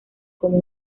como